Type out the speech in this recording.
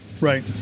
Right